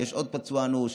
ויש עוד פצוע אנוש.